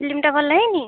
ଫିଲ୍ମଟା ଭଲ ହେଇନି